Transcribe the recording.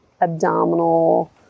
abdominal